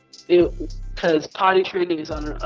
because potty training is on